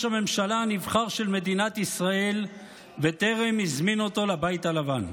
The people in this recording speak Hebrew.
הממשלה הנבחר של מדינת ישראל וטרם הזמין אותו לבית הלבן.